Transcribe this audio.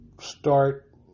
start